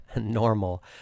normal